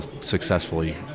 successfully